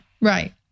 right